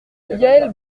yaël